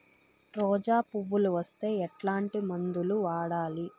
రోజా పువ్వులు వస్తే ఎట్లాంటి మందులు వాడాలి?